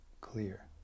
clear